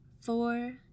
four